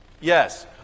Yes